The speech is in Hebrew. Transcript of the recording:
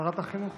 שרת החינוך